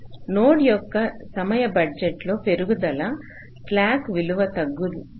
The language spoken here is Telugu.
కాబట్టి నోడ్ యొక్క సమయ బడ్జెట్లో పెరుగుదల స్లాక్ విలువ తగ్గుదలకు కారణమవుతుంది